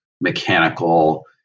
mechanical